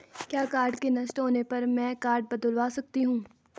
क्या कार्ड के नष्ट होने पर में कार्ड बदलवा सकती हूँ?